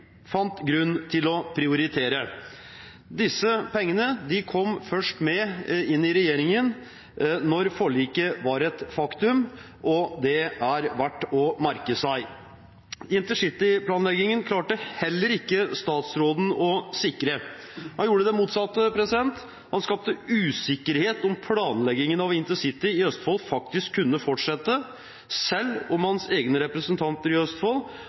fant grunn til å prioritere. Disse pengene kom først inn i regjeringens budsjett da forliket var et faktum. Det er verdt å merke seg. Intercityplanleggingen klarte statsråden heller ikke å sikre. Han gjorde det motsatte, han skapte usikkerhet om planleggingen av intercity i Østfold faktisk kunne fortsette, selv om hans egne representanter i Østfold